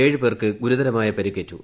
ഏഴുപേർക്ക് ഗുരുതരമായ പരിക്കേറ്റു